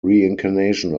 reincarnation